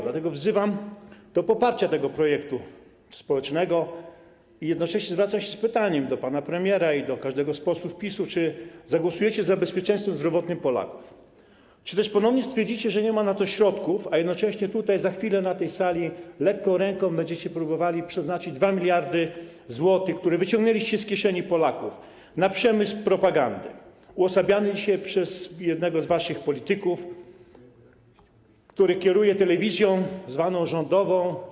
Dlatego wzywam do poparcia tego projektu społecznego i jednocześnie zwracam się z pytaniem do pana premiera i do każdego z posłów PiS-u: Czy zagłosujecie za bezpieczeństwem zdrowotnym Polaków, czy też ponownie stwierdzicie, że nie ma na to środków, a jednocześnie za chwilę na tej sali lekką ręką będziecie próbowali przeznaczyć 2 mld zł, które wyciągnęliście z kieszeni Polaków, na przemysł propagandy, uosabiany dzisiaj przez jednego z waszych polityków, który kieruje telewizją zwaną rządową?